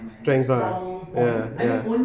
strength ah ya ya ya